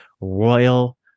royal